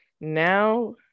Now